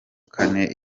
kane